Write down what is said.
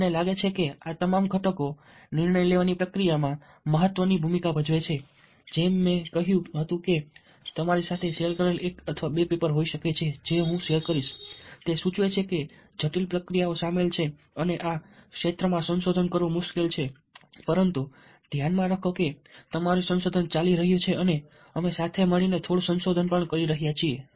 તમને લાગે છે કે આ તમામ ઘટકો નિર્ણય લેવાની પ્રક્રિયામાં મહત્વપૂર્ણ ભૂમિકા ભજવે છે જેમ કે મેં કહ્યું હતું કે તમારી સાથે શેર કરેલ એક અથવા બે પેપર હોઈ શકે છે જે હું શેર કરીશ તે સૂચવે છે કે જટિલ પ્રક્રિયાઓ સામેલ છે અને આ ક્ષેત્રમાં સંશોધન કરવું કેટલું મુશ્કેલ છે પરંતુ ધ્યાનમાં રાખો કે તમારું સંશોધન ચાલી રહ્યું છે અને અમે સાથે મળીને થોડું સંશોધન પણ કરી રહ્યા છીએ